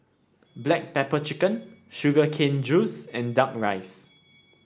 Black Pepper Chicken Sugar Cane Juice and duck rice